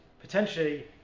potentially